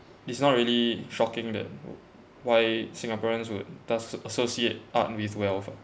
it's not really shocking that why singaporeans would thus associate art with wealth ah